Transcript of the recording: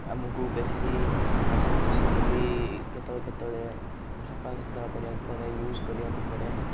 ଆମକୁ ବେଶୀ ବାସନକୁସନ ବି କେତେବେଳେ କେତେବେଳେ ସଫାସୁତୁରା କରିବାକୁ ପଡ଼େ ୟୁଜ୍ କରିବାକୁ ପଡ଼େ